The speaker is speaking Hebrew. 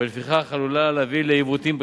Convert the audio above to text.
ולפיכך היא עלולה להביא לעיוותים בשוק,